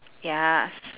yes